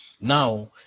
now